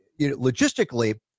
logistically